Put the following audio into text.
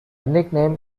nickname